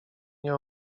nie